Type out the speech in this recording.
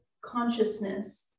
consciousness